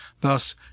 Thus